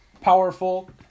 Powerful